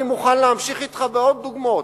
אני מוכן להמשיך אתך בעוד דוגמאות,